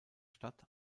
stadt